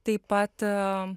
taip pat